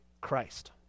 Christ